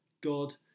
God